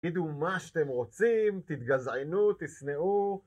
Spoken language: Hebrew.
תגידו מה שאתם רוצים, תתגזענו, תשנאו